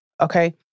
okay